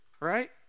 right